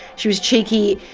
she was cheeky.